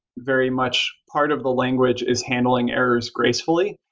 very much part of the language is handling errors gracefully,